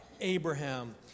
Abraham